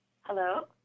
hello